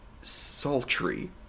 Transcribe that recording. sultry